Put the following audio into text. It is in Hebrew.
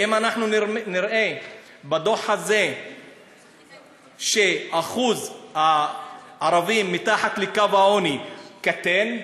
האם אנחנו נראה בדוח הזה שאחוז הערבים מתחת לקו העוני קטן,